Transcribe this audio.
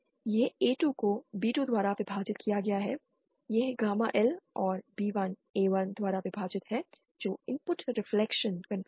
यह A2 को B2 द्वारा विभाजित किया गया है यह गामा Lऔर B1 A1 द्वारा विभाजित है जो इनपुट रिफ्लेक्शन कॉएफिशिएंट है